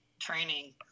training